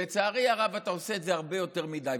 ולצערי הרב אתה עושה את זה הרבה יותר מדי.